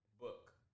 Book